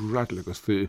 už atliekos tai